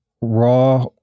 raw